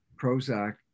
Prozac